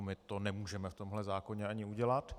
My to nemůžeme v tomhle zákoně ani udělat.